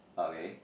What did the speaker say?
okay